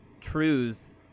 truths